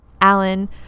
Alan